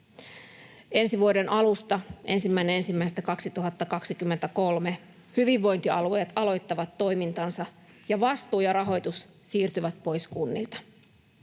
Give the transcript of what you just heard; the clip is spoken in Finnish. Ensi vuoden alusta, 1.1.2023, hyvinvointialueet aloittavat toimintansa, ja vastuu ja rahoitus siirtyvät pois kunnilta.